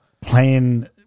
playing